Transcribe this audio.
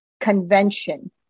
Convention